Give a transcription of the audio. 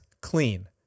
clean